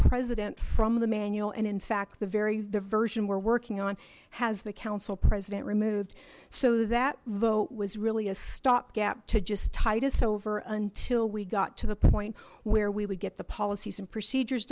president from the manual and in fact the very diversion were working on has the council president removed so that vote was really a stopgap just tight us over until we got to the point where we would get the policies and procedures